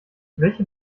welche